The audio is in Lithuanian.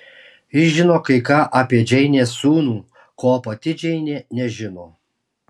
ji žino kai ką apie džeinės sūnų ko pati džeinė nežino